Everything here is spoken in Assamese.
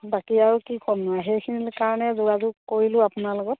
বাকী আৰু কি ক'মনো আৰু সেইখিনিৰ কাৰণে যোগাযোগ কৰিলোঁ আপোনাৰ লগত